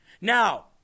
Now